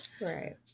Right